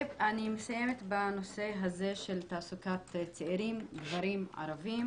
אני מסיימת בנושא של תעסוקת צעירים גברים ערבים,